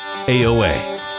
AOA